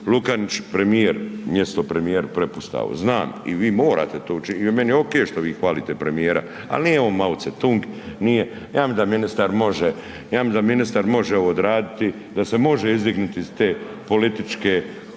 Lukačić premijer, mjesto premijer prepuštao, znam i vi morate to učiniti i meni je ok što vi hvalite premijera ali nije on Mao Zedong, nije, ja mislim da ministar može ovo odraditi, da se može izdignuti iz te političke